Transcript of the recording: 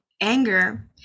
anger